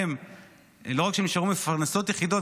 לא רק שהן נשארו מפרנסות יחידות,